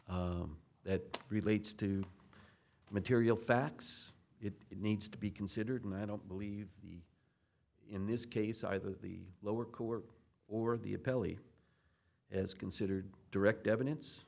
that relates to material facts it needs to be considered and i don't believe in this case either the lower court or the appellee as considered direct evidence